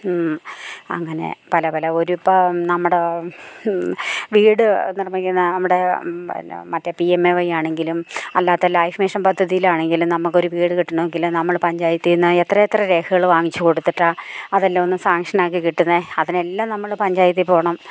അങ്ങനെ പല പല ഒരിപ്പം നമ്മുടെ വീട് നിർമ്മിക്കുന്ന നമ്മുടെ പിന്നെ മറ്റേ പി എം എ വൈ ആണെങ്കിലും അല്ലാത്ത ലൈഫ് മിഷൻ പദ്ധതിയിലാണെങ്കിലും നമുക്കൊരു വീട് കിട്ടണമെങ്കിൽ നമ്മൾ പഞ്ചായത്തിൽ നിന്ന് എത്ര എത്ര രേഖകൾ വാങ്ങിച്ച് കൊടുത്തിട്ടാണ് അതെല്ലാം ഒന്ന് സാങ്ക്ഷനാക്കി കിട്ടുന്നത് അതിനെല്ലാം നമ്മൾ പഞ്ചായത്തിൽ പോകണം